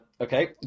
Okay